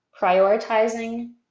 prioritizing